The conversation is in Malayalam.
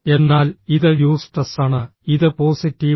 എന്നാൽ ഇത് യൂസ്ട്രസ് ആണ് ഇത് പോസിറ്റീവ് ആണ്